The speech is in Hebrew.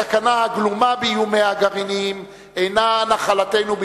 הסכנה הגלומה באיומיה הגרעיניים איננה נחלתנו בלבד,